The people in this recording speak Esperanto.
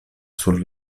sur